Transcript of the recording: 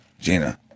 Gina